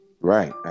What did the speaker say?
right